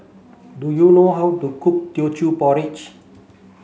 do you know how to cook Teochew Porridge